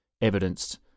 evidenced